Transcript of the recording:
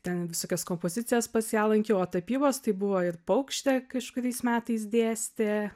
ten visokias kompozicijas pas ją lankiau o tapybos tai buvo ir paukštė kažkuriais metais dėstė